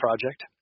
project